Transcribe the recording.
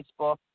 Facebook